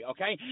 Okay